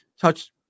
touch